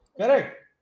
Correct